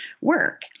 work